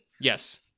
Yes